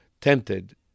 tempted